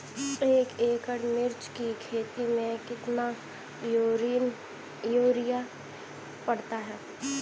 एक एकड़ मिर्च की खेती में कितना यूरिया पड़ता है?